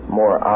more